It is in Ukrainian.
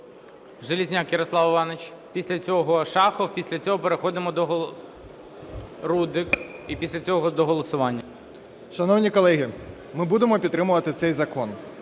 Железняк Ярослав Іванович. Після цього Шахов, після цього переходимо до... Рудик, і після цього до голосування. 10:28:32 ЖЕЛЕЗНЯК Я.І. Шановні колеги, ми будемо підтримувати цей закон.